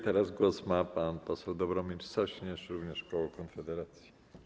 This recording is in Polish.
Teraz głos ma pan poseł Dobromir Sośnierz, również koło Konfederacji.